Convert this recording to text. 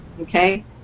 okay